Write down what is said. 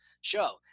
show